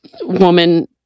woman